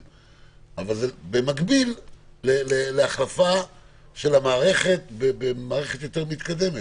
במקביל צריך החלפה של המערכת במערכת יותר מתקדמת.